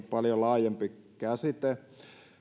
paljon laajempi käsite